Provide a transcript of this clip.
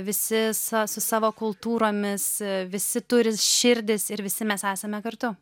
visi sa su savo kultūromis visi turi širdis ir visi mes esame kartu